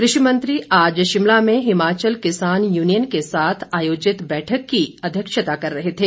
कृषि मंत्री आज शिमला में हिमाचल किसान यूनियन के साथ आयोजित बैठक की अध्यक्षता कर रहे थे